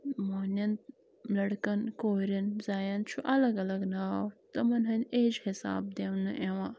موٚہنین لَڑکَن کوریٚن زنیٚن چھُ الگ الگ ناو تِمَن ہنٛدۍ ایجہِ حِسابہٕ دِونہٕ یِوان